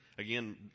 Again